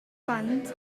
band